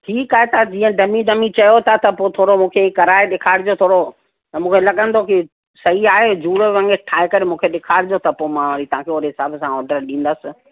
ठीकु आहे त जीअं डम्मी डम्मी चयो था त पोइ थोरो मूंखे हीअ कराए ॾेखारिजो थोरो त मूंखे लॻंदो की सई आहे जूड़ो वांगे ठाहे करे मूंखे ॾेखारिजो त पोइ मां वरी तव्हांखे ओहिड़े हिसाब सां ऑर्दर ॾींदसि